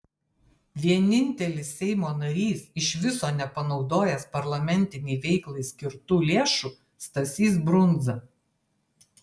vienintelis seimo narys iš viso nepanaudojęs parlamentinei veiklai skirtų lėšų stasys brundza